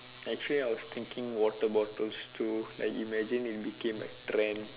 actually I was thinking water bottles too like imagine it became a trend